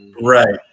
Right